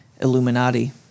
Illuminati